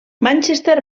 manchester